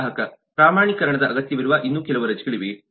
ಗ್ರಾಹಕ ಪ್ರಮಾಣೀಕರಣದ ಅಗತ್ಯವಿರುವ ಇನ್ನೂ ಕೆಲವು ರಜೆಗಳಿವೆ